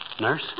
Nurse